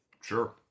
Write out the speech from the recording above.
Sure